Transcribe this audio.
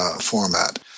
format